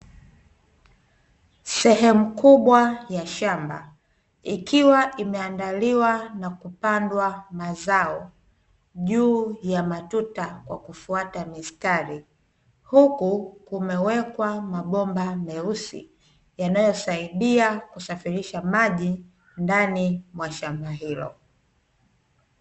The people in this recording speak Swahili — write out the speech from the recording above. Sehemu kubwa ya shamba ikiwa imeandaliwa na kupandwa mazao, juu ya matuta kwa kufuata mistari huku kumewekwa mabomba meusi, yanayosaidia kusafirisha maji ndani mwa shamba hilo.